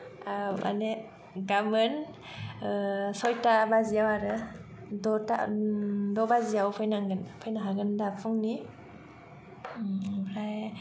औ माने गामोन सयथा बाजियाव आरो दथा द बाजियाव फैनांगोन फैनो हागोन दा फुंनि ओमफ्राय